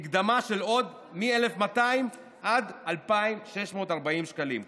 מקדמה של מ-1,200 עד 2,640 שקלים.